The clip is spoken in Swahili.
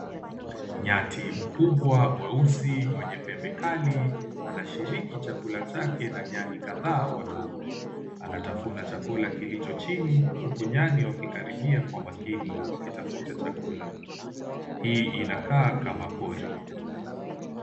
Ntati mkubwa mweusi mwenye pembe kali, anashiriki chakula chake na nyani kadhaa wadogo. Anatafuna chakula kilicho chini, huku nyani wakikaribia kwa makini wakitafuta chakula. Hii inakaa kama pori.